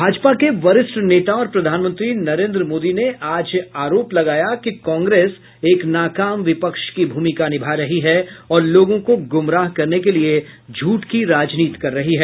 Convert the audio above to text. भाजपा के वरिष्ठ नेता और प्रधानमंत्री नरेंद्र मोदी ने आज आरोप लगाया कि कांग्रेस एक नाकाम विपक्ष की भूमिका निभा रही है और लोगों को गुमराह करने के लिए झूठ की राजनीति कर रही है